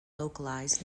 localized